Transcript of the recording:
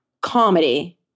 comedy